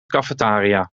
cafetaria